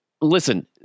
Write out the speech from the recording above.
Listen